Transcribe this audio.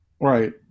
Right